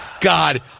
God